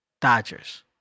Dodgers